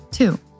Two